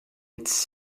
its